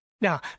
Now